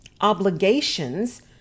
Obligations